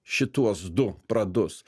šituos du pradus